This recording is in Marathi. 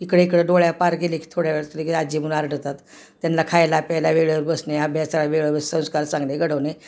इकड इकडं डोळ्या पार गेले कि थोड्यावे त लगी आजी म्हणून आरडतात त्यांना खायला प्यायला वेळेवर बसणे अभ्यासाला वेळेस संस्कार चांगले घडवणे